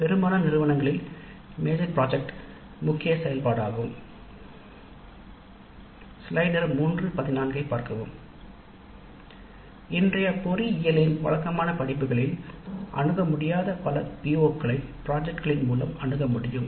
பெரும்பாலான நிறுவனங்களில் major project முக்கிய செயல்பாடாகும் இன்றைய பொறியியலின் வழக்கமான படிப்புகளால் அணுக முடியாத பல PO முறைகளை பிராஜக்ட் களின் மூலம் அணுகமுடியும்